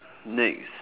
next